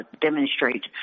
demonstrate